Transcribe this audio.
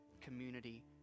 community